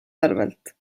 arvelt